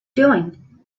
doing